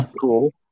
Cool